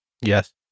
Yes